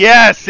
Yes